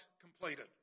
completed